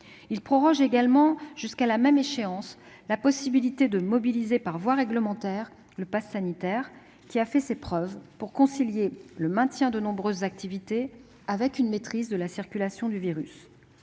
proroge également, jusqu'à la même échéance, la possibilité de mobiliser par voie réglementaire le passe sanitaire, outil qui a fait ses preuves, puisqu'il a permis de concilier le maintien de nombreuses activités avec une maîtrise de la circulation du virus.